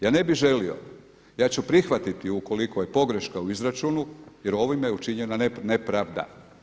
Ja ne bi želio, ja ću prihvatiti ukoliko je pogreška u izračunu jer ovime je učinjena nepravda.